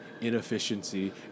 inefficiency